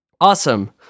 Awesome